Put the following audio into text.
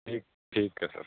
ਠੀਕ ਠੀਕ ਹੈ ਸਰ